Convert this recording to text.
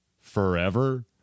forever